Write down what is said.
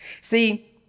See